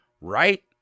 right